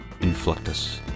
Inflectus